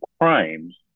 crimes